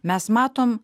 mes matom